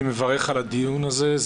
אני מברך על הדיון הזה,